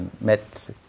met